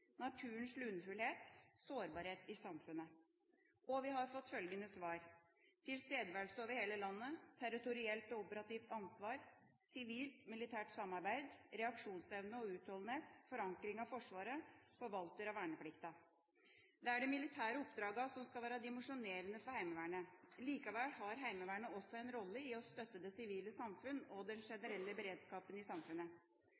naturens lunefullhet og sårbarhet i samfunnet. Vi har fått følgende svar: tilstedeværelse over hele landet, territorielt og operativt ansvar, sivilt-militært samarbeid, reaksjonsevne og utholdenhet, forankring av Forsvaret, forvalter av verneplikten. Det er de militære oppdragene som skal være dimensjonerende for Heimevernet. Likevel har Heimevernet også en rolle i å støtte det sivile samfunn og den